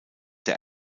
der